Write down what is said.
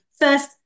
first